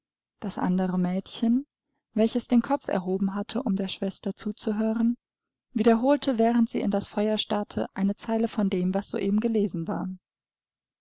das andere mädchen welches den kopf erhoben hatte um der schwester zuzuhören wiederholte während sie in das feuer starrte eine zeile von dem was soeben gelesen war